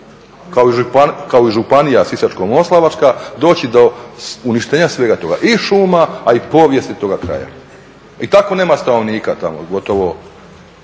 kao i županija Sisačko-moslavačka, doći do uništenja svega toga i šuma, a i povijesti toga kraja i tako nema stanovnika tamo gotovo